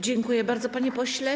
Dziękuję bardzo, panie pośle.